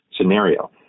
scenario